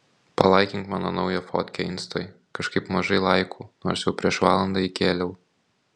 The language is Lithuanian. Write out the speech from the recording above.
palaikink mano naują fotkę instoj kažkaip mažai laikų nors jau prieš valandą įkėliau